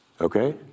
okay